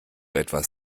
etwas